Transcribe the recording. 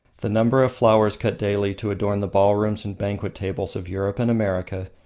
the number of flowers cut daily to adorn the ballrooms and banquet-tables of europe and america,